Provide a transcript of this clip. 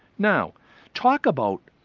now talk about